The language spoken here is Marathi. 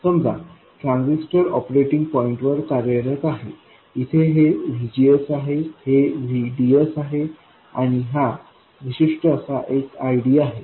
समजा ट्रान्झिस्टर ऑपरेटिंग पॉईंटवर कार्यरत आहे इथे हे VGSआहे हे VDSआहे आणि हा विशिष्ट असा एक IDआहे